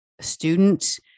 students